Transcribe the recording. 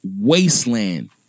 wasteland